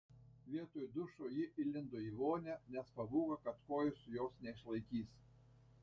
vietoj dušo ji įlindo į vonią nes pabūgo kad kojos jos neišlaikys